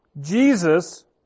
Jesus